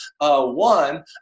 One